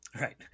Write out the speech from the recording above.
right